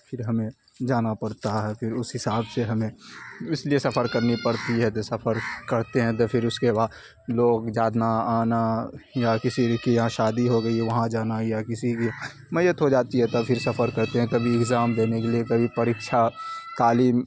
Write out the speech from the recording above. پھر ہمیں جانا پڑتا ہے پھر اس حساب سے ہمیں اس لیے سفر کرنی پڑتی ہے تو سفر کرتے ہیں تو پھر اس کے بعد لوگ جانا آنا یا کسی کی یہاں شادی ہو گئی وہاں جانا یا کسی کی میت ہو جاتی ہے تو پھر سفر کرتے ہیں کبھی ایگزام دینے کے لیے کبھی پریکچھا تعلیم